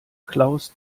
klaus